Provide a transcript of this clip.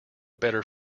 better